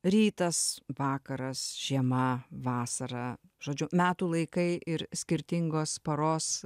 rytas vakaras žiema vasara žodžiu metų laikai ir skirtingos paros